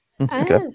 Okay